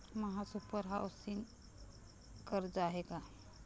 महासुपर हाउसिंग कर्ज आहे का?